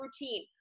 routine